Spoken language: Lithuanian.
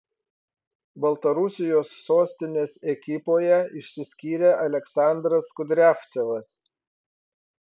baltarusijos sostinės ekipoje išsiskyrė aleksandras kudriavcevas